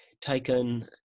taken